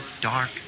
dark